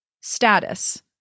status